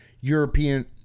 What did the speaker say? European